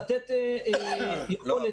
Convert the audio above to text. לתת יכולת --- לא,